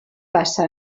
passa